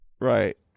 Right